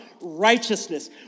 righteousness